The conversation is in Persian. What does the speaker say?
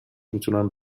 میتونم